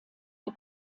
der